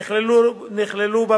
נכללו בה,